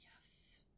Yes